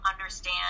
understand